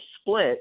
split